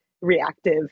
reactive